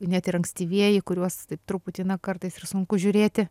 net ir ankstyvieji kuriuos taip truputį na kartais ir sunku žiūrėti